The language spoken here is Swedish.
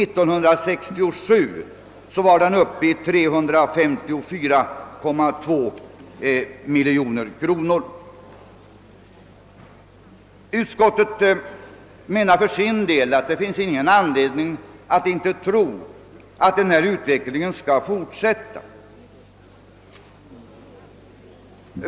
1967 var motsvarande siffra 354,2 miljoner kronor. Utskottet menar för sin del att det inte finns någon anledning att tro att denna utveckling inte skall fortsätta.